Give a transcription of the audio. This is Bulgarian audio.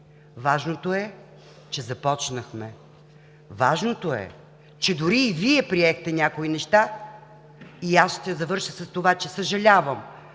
Важното е, че започнахме. Важното е, че дори и Вие приехте някои неща. Ще завърша с това, че съжалявам,